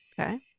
okay